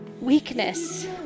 Weakness